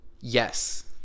Yes